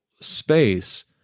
space